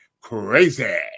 crazy